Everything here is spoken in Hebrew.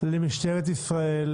למשטרת ישראל.